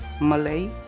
Malay